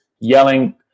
yelling